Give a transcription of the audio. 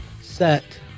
set